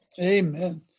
Amen